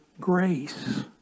grace